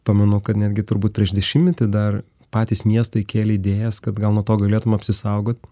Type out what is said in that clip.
pamenu kad netgi turbūt prieš dešimtmetį dar patys miestai kėlė idėjas kad gal nuo to galėtum apsisaugot